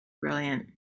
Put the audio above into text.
brilliant